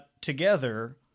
together